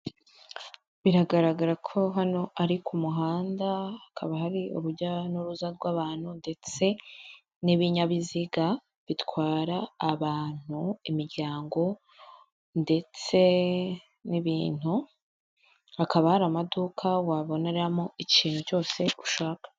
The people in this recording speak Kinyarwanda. Biragaragara ko hano ari ku muhanda, hakaba hari urujya n'uruza rw'abantu ndetse n'ibinyabiziga bitwara abantu, imiryango ndetse n'ibintu, hakaba hari amaduka waboneramo ikintu cyose ushaka.